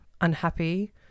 unhappy